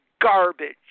garbage